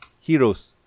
heroes